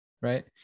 right